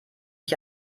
ich